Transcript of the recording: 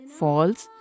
false